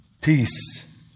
peace